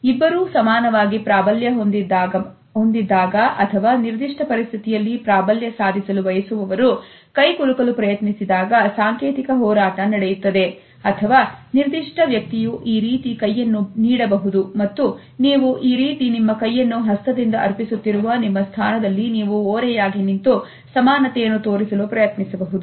ಇಬ್ಬರೂ ಸಮಾನವಾಗಿ ಪ್ರಾಬಲ್ಯ ಹೊಂದಿದ್ದಾಗ ಅಥವಾ ನಿರ್ದಿಷ್ಟ ಪರಿಸ್ಥಿತಿಯಲ್ಲಿ ಪ್ರಾಬಲ್ಯ ಸಾಧಿಸಲು ಬಯಸುವವರು ಕೈಕುಲುಕಲು ಪ್ರಯತ್ನಿಸಿದಾಗ ಸಾಂಕೇತಿಕ ಹೋರಾಟ ನಡೆಯುತ್ತದೆ ಅಥವಾ ನಿರ್ದಿಷ್ಟ ವ್ಯಕ್ತಿಯು ಈ ರೀತಿ ಕೈಯನ್ನು ನೀಡಬಹುದು ಮತ್ತು ನೀವು ಈ ರೀತಿ ನಿಮ್ಮ ಕೈಯನ್ನು ಹಸ್ತದಿಂದ ಅರ್ಪಿಸುತ್ತಿರುವ ನಿಮ್ಮ ಸ್ಥಾನದಲ್ಲಿ ನೀವು ಓರೆಯಾಗಿ ನಿಂತು ಸಮಾನತೆಯನ್ನು ತೋರಿಸಲು ಪ್ರಯತ್ನಿಸಬಹುದು